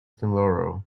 tomorrow